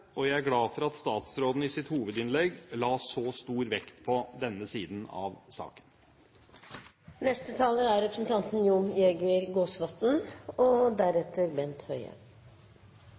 og jeg er glad for at statsråden i sitt hovedinnlegg la så stor vekt på denne siden av saken. Først vil jeg få takke interpellanten for å sette saken på dagsordenen. Det er ikke noen ukjent problematikk for helse- og